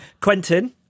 Quentin